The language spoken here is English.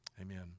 Amen